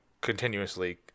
continuously